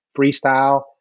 freestyle